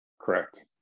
Correct